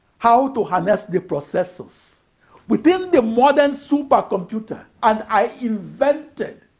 how to harness the processors within the modern supercomputer and i invented